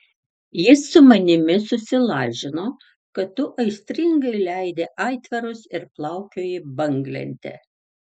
jis su manimi susilažino kad tu aistringai leidi aitvarus ir plaukioji banglente